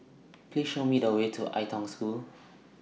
Please Show Me The Way to Ai Tong School